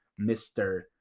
Mr